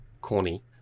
corny